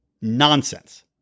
nonsense